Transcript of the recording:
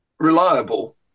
reliable